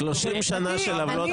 סיום הסכסוך...